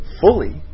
fully